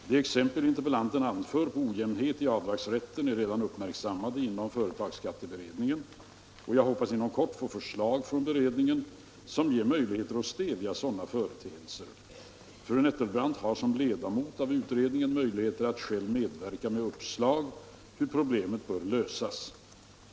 De exempel interpellanten anför på ojämnhet i avdragsrätten är redan uppmärksammade inom företagsbeskattningen, och jag hoppas inom kort få förslag från beredningen som ger möjlighet att stävja sådana företeelser. Fru Nettelbrandt har som ledamot av utredningen möjlighet att själv medverka med uppslag till hur problemet bör lösas.